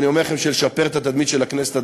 ואני אומר לכם שלשפר את התדמית של הכנסת,